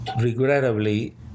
regrettably